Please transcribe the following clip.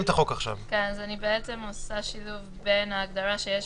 אז אני בעצם עושה שילוב בין ההגדרה שיש